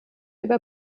über